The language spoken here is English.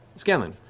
scanlan.